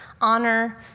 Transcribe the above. honor